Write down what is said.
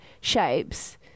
shapes